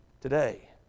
today